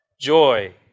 joy